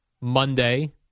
Monday